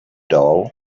doll